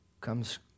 comes